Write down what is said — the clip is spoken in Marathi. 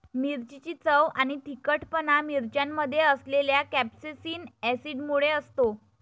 मिरचीची चव आणि तिखटपणा मिरच्यांमध्ये असलेल्या कॅप्सेसिन ऍसिडमुळे असतो